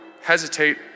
hesitate